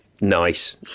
Nice